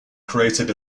created